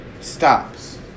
stops